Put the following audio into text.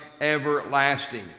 everlasting